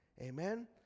Amen